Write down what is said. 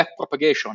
backpropagation